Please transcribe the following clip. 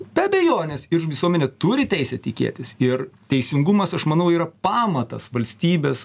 be abejonės ir visuomenė turi teisę tikėtis ir teisingumas aš manau yra pamatas valstybės